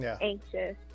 anxious